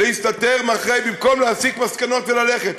להסתתר מאחורי במקום להסיק מסקנות וללכת.